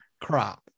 crop